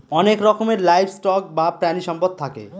অনেক রকমের livestock বা প্রানীসম্পদ থাকে